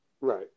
Right